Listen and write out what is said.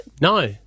No